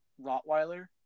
Rottweiler